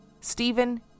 Stephen